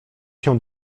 się